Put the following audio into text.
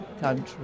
country